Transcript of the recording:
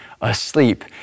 asleep